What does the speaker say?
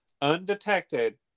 undetected